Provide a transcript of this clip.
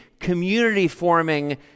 community-forming